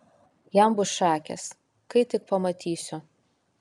jam bus šakės kai tik pamatysiu